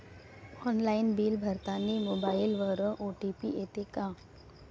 Online bill भरतानी मोबाईलवर OTP येते का?